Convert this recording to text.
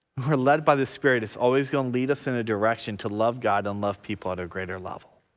we're led by the spirit is always gonna lead us in a direction to love god and love people at a greater level.